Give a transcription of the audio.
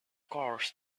course